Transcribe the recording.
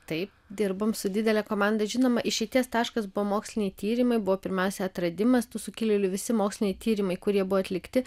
taip dirbom su didele komanda žinoma išeities taškas buvo moksliniai tyrimai buvo pirmiausia atradimas tų sukilėlių visi moksliniai tyrimai kurie buvo atlikti